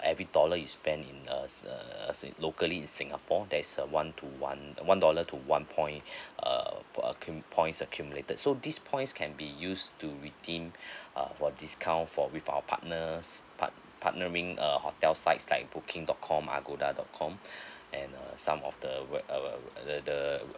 every dollar you spend in uh err si~ locally in singapore there's a one to one one dollar to one point uh accum~ points accumulated so these points can be used to redeem uh for discount for with our partners part~ partnering uh hotel sites like booking dot com agoda dot com and uh some of the uh the the the